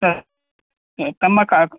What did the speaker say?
ಹ್ಞೂ ಹ್ಞೂ ತಮ್ಮ ಕಾಕ್